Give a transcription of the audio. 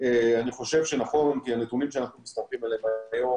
אני חושב שנכון כי הנתונים שאנחנו מסתמכים עליהם היום